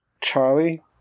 Charlie